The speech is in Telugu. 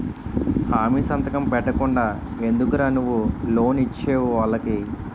హామీ సంతకం పెట్టకుండా ఎందుకురా నువ్వు లోన్ ఇచ్చేవు వాళ్ళకి